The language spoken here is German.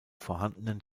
vorhandenen